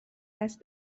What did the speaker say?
است